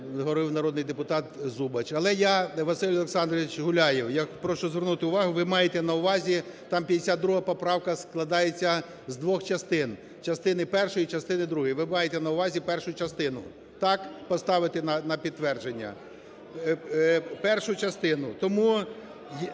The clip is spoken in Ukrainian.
говорив народний депутат Зубач. Але я, Василь Олександрович Гуляєв, я прошу звернути увагу, ви маєте на увазі, там 52 поправка складається з двох частин: частини першої і частини другої. Ви маєте на увазі першу частину, так, поставити на підтвердження. Першу частину. Тому…